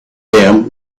them